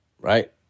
right